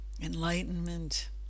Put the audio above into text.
Enlightenment